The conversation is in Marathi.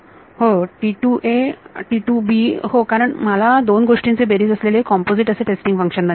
होय हो कारण मला दोन गोष्टींचे बेरीज असलेले कॉम्पोझिट असे टेस्टिंग फंक्शन बनवायचे आहे